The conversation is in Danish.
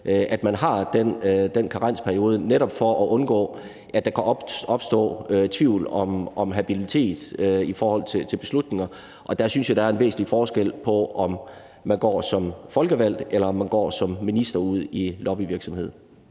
at man har den karensperiode netop for at undgå, at der kan opstå tvivl om habilitet i forhold til beslutninger. Og jeg synes, der er en væsentlig forskel på, om man går som folkevalgt eller om man går som minister ud i lobbyvirksomheder.